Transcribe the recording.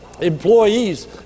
employees